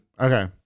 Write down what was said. Okay